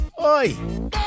Oi